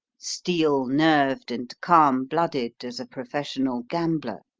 steel-nerved and calm-blooded as a professional gambler.